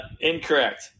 Incorrect